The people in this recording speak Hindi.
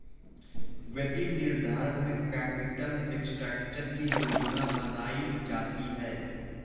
वित्तीय निर्धारण में कैपिटल स्ट्रक्चर की योजना बनायीं जाती है